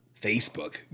Facebook